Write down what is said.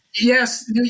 Yes